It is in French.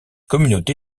communauté